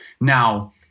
Now